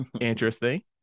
Interesting